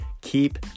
keep